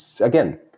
again